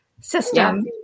system